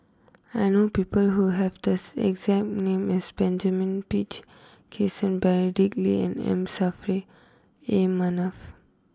I know people who have this exact name as Benjamin Peach Keasberry Dick Lee and M Saffri A Manaf